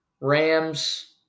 Rams